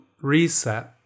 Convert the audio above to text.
reset